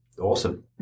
awesome